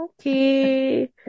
okay